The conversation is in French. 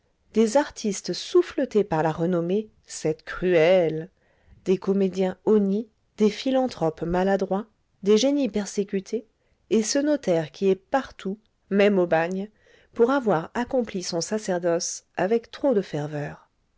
des artistes souffletés par la renommée cette cruelle des comédiens honnis des philanthropes maladroits des génies persécutés et ce notaire qui est partout même au bagne pour avoir accompli son sacerdoce avec trop de ferveur